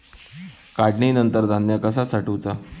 काढणीनंतर धान्य कसा साठवुचा?